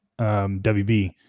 WB